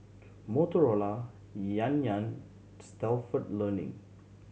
Motorola Yan Yan Stalford Learning